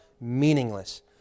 meaningless